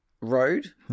road